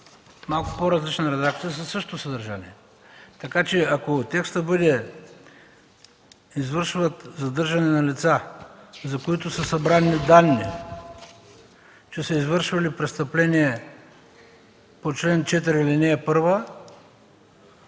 малко по-различна редакция със същото съдържание. Ако текстът бъде „извършват задържане на лица, за които са събрани данни, че са извършвали престъпление по чл. 4, ал. 1”,